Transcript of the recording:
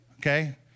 Okay